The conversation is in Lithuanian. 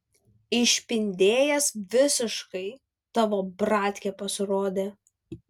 išpindėjęs visiškai tavo bratkė pasirodė